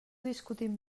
discutim